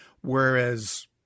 Whereas